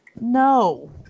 no